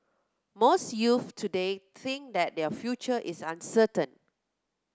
most youths today think that their future is uncertain